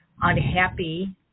unhappy